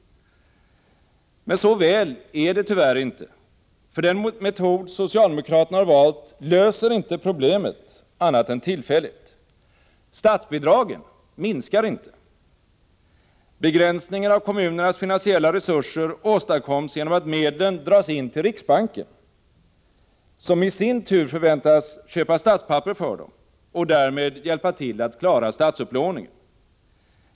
Men så väl är det tyvärr inte, för den metod socialdemokraterna har valt löser inte problemet annat än tillfälligt. Statsbidragen minskar inte. Begränsningen av kommunernas finansiella resurser åstadkoms genom att medlen dras in till riksbanken, som i sin tur förväntas köpa statspapper för dem och därmed hjälpa till att klara statsupplåningen.